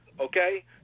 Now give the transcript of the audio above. Okay